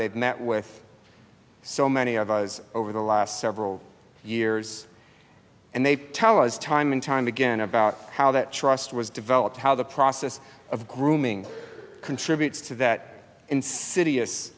they've met with so many of us over the last several years and they tell us time and time again about how that trust was developed how the process of grooming contributes to that insidious